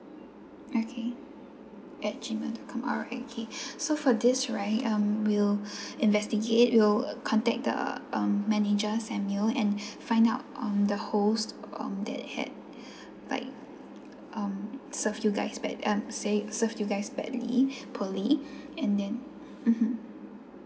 okay at G mail dot com alright okay so for this right um we'll investigate we'll contact the um manager samuel and find out um the wholes um that had like um serve you guys bad um sa~ serve you guy badly poorly and then mmhmm